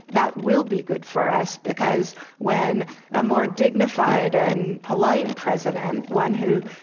that will be good for us because when a more dignified and polite president, one who